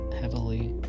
heavily